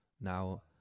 Now